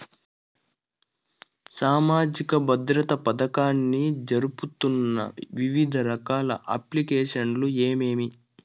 సామాజిక భద్రత పథకాన్ని జరుపుతున్న వివిధ రకాల అప్లికేషన్లు ఏమేమి?